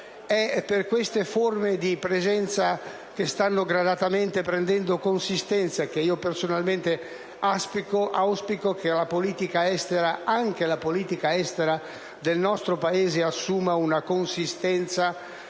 per queste forme di presenza che stanno gradatamente prendendo consistenza, personalmente auspico che la politica estera - anche quella del nostro Paese - assuma una consistenza